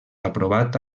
aprovat